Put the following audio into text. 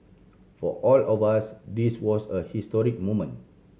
for all of us this was a historic moment